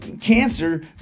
cancer